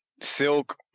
silk